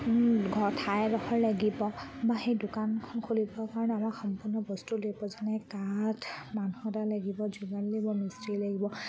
ঘৰ ঠাই এডোখৰ লাগিব বা সেই দোকানখন খুলিবৰ কাৰণে আমাক সম্পূৰ্ণ বস্তু লাগিব যেনে কাঠ মানুহ এটা লাগিব যোগালি লাগিব মিস্ত্ৰী লাগিব